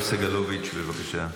סגלוביץ', בבקשה.